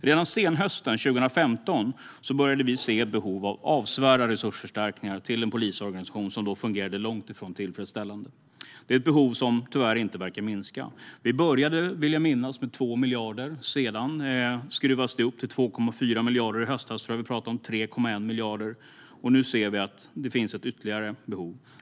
Redan senhösten 2015 började vi se ett behov av avsevärda resursförstärkningar till en polisorganisation som då fungerade långt ifrån tillfredsställande. Det är ett behov som tyvärr inte verkar minska. Vi började, vill jag minnas, med 2 miljarder. Sedan skruvades det upp till 2,4 miljarder. I höstas tror jag att vi pratade om 3,1 miljarder. Nu ser vi att det finns ytterligare behov.